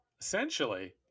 Essentially